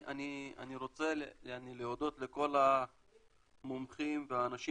אני רוצה להודות לכל המומחים והאנשים